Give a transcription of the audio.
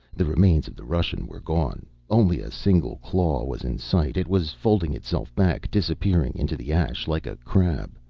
the remains of the russian were gone. only a single claw was in sight. it was folding itself back, disappearing into the ash, like a crab.